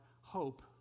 hope